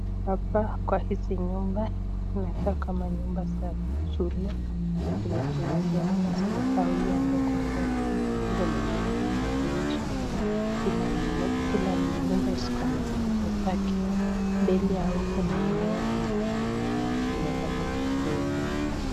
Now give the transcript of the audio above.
Hapa kwa hizi nyumba inakaa kama nyumba za shule venye tunavyoona zimegawiwa ndogondogo milango ni mingi na dirisha. Kila nyumba ziko na dirisha zake mbili ya huku na maua zenye zimepandwa na zimekatwa vizuri.